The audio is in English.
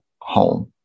home